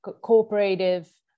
cooperative